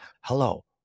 Hello